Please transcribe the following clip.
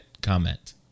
comment